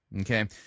okay